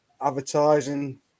advertising